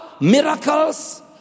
miracles